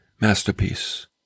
masterpiece